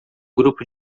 grupo